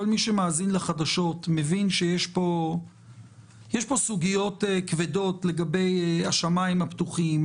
כל מי שמאזין לחדשות מבין שיש פה סוגיות כבדות לגבי השמיים הפתוחים,